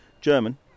German